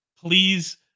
please